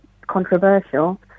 controversial